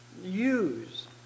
use